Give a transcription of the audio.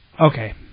okay